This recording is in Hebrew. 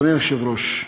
אדוני היושב-ראש,